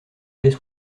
faits